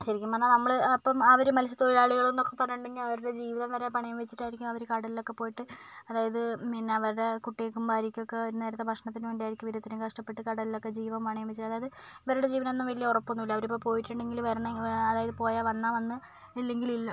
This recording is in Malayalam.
ശരിക്കും പറഞ്ഞാൽ നമ്മൾ അപ്പം അവർ മത്സ്യ തൊഴിലാളികൾ എന്നൊക്കെ പറയുന്നുണ്ടെങ്കിൽ അവരുടെ ജീവിതം വരെ പണയം വെച്ചിട്ടായിരിക്കും അവർ കടലിലൊക്കെ പോയിട്ട് അതായത് പിന്നെ അവരുടെ കുട്ടികൾക്കും ഭാര്യക്കും ഒക്കെ ഒരു നേരത്തെ ഭക്ഷണത്തിന് വേണ്ടി ആയിരിക്കും ഇവർ ഇത്രയും കഷ്ടപ്പെട്ട് കടലിലൊക്കെ ജീവൻ പണയം വെച്ച് അതായത് ഇവരുടെ ജീവനൊന്നും വലിയ ഉറപ്പൊന്നും ഇല്ല അവരിപ്പം പോയിട്ടുണ്ടെങ്കിൽ വരണേ അതായത് പോയാൽ വന്നാൽ വന്നു ഇല്ലെങ്കിൽ ഇല്ല